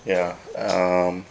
ya uh um